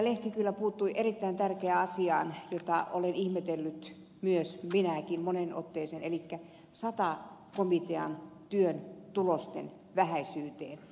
lehti kyllä puuttui erittäin tärkeään asiaan jota minäkin olen ihmetellyt moneen otteeseen elikkä sata komitean työn tulosten vähäisyyteen